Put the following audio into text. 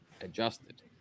adjusted